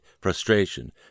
frustration